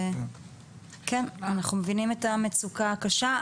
אנחנו מבינים את המצוקה הקשה.